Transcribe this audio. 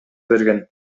берген